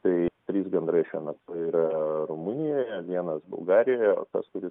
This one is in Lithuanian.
tai trys gandrai šiuo metu yra rumunijoje vienas bulgarijoje o tas kuris